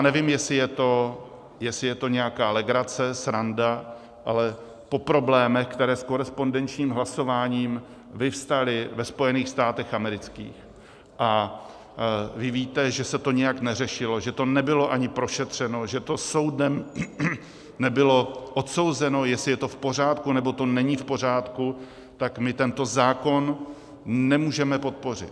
Nevím, jestli je to nějaká legrace, sranda, ale po problémech, které s korespondenčním hlasováním vyvstaly ve Spojených státech amerických, a vy víte, že se to nijak neřešilo, že to nebylo ani prošetřeno, že to soudem nebylo odsouzeno, jestli je to v pořádku, nebo to není v pořádku, tak my tento zákon nemůžeme podpořit.